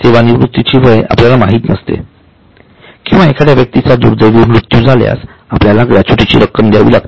सेवानिवृत्तीचे वय आपल्याला माहित नसते किंवा एखाद्या व्यक्तीचा दुर्दैवी मृत्यू झाल्यास आपल्याला ग्रॅच्युइटीची रक्कम द्यावी लागते